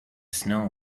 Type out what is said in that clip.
snow